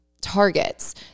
targets